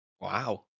Wow